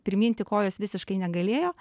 priminti kojos visiškai negalėjo